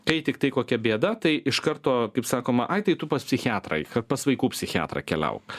kai tiktai kokia bėda tai iš karto kaip sakoma ai tai tu pas psichiatrą eik pas vaikų psichiatrą keliauk